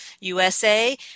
usa